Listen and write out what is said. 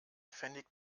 pfennig